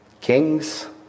Kings